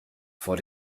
vor